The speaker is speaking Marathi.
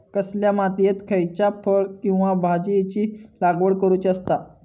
कसल्या मातीयेत खयच्या फळ किंवा भाजीयेंची लागवड करुची असता?